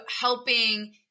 helping